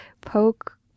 poke